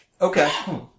Okay